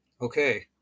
Okay